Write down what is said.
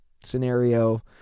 scenario